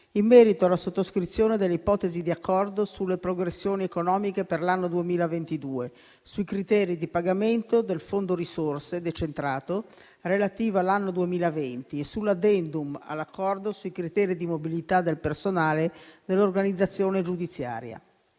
in merito alla sottoscrizione delle ipotesi di accordo sulle progressioni economiche per l'anno 2022, sui criteri di pagamento del fondo risorse decentrato, relativo all'anno 2020, e sull'*addendum* all'accordo sui criteri di mobilità del personale dell'organizzazione giudiziaria.